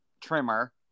trimmer